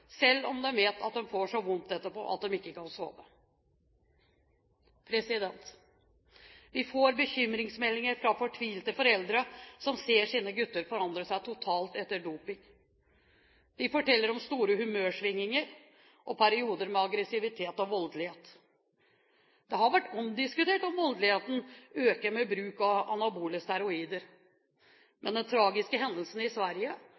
selv om de vet at de får så vondt etterpå at de ikke kan sove. Vi får bekymringsmeldinger fra fortvilte foreldre som ser sine gutter forandre seg totalt etter bruk av doping. De forteller om store humørsvingninger og perioder med aggressivitet og voldelighet. Det har vært omdiskutert om voldeligheten øker med bruk av anabole steroider, men den tragiske hendelsen i Sverige